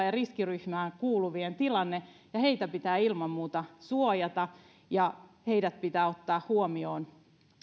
ja riskiryhmään kuuluvien tilanne on haastava ja heitä pitää ilman muuta suojata ja heidät pitää ottaa huomioon